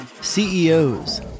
CEOs